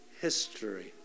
history